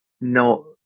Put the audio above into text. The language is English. no